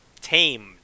tamed